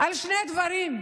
על שני דברים: